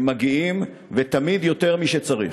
הם מגיעים, ותמיד יותר מכפי שצריך.